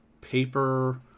Paper